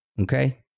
Okay